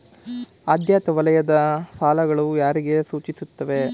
ಆದ್ಯತಾ ವಲಯದ ಸಾಲಗಳು ಯಾರಿಗೆ ಸೂಚಿಸುತ್ತವೆ?